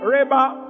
Reba